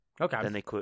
Okay